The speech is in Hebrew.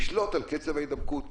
לשלוט על קצב ההידבקות,